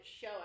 show